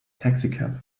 taxicab